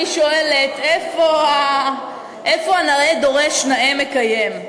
אני שואלת איפה ה"נאה דורש נאה מקיים";